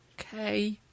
okay